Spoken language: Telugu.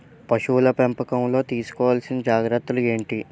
పశువుల పెంపకంలో తీసుకోవల్సిన జాగ్రత్తలు ఏంటి?